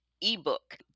ebook